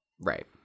Right